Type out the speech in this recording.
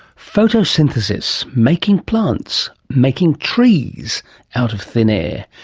photosynthesis, making plants, making trees out of thin air,